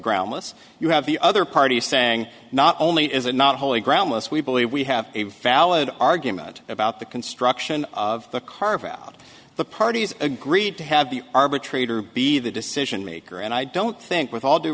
groundless you have the other party saying not only is it not wholly groundless we believe we have a valid argument about the construction of the car about the parties agreed to have the arbitrator be the decision maker and i don't think with all due